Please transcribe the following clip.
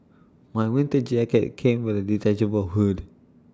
my winter jacket came with A detachable hood